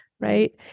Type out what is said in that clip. right